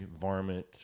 varmint